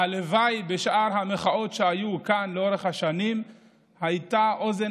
הלוואי שבשאר המחאות שהיו כאן לאורך השנים הייתה אוזן